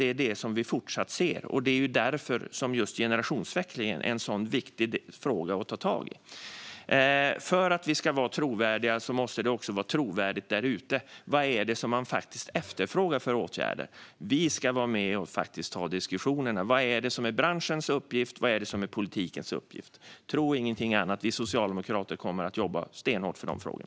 Det är det vi fortsättningsvis ser, och det är därför som just generationsväxlingen är en viktig fråga att ta tag i. För att vi ska vara trovärdiga måste det också vara trovärdigt där ute. Vad är det för åtgärder som faktiskt efterfrågas? Vi ska vara med och ta diskussionerna. Vad är det som är branschens uppgift, och vad är det som är politikens uppgift? Tro ingenting annat - vi socialdemokrater kommer att jobba stenhårt för dessa frågor!